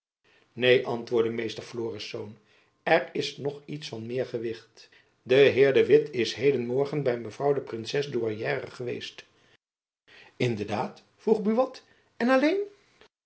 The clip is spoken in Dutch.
neen antwoordde meester florisz er is nog iets van meer gewicht de heer de witt is heden morgen by mevrouw de princes douairière geweest in de daad vroeg buat en alleen